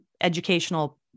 educational